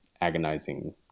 agonizing